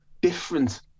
different